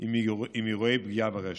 עם אירועי פגיעה ברשת.